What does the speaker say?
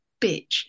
bitch